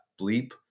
bleep